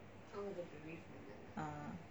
ah